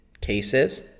cases